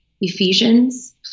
Ephesians